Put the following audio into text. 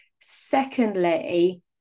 Secondly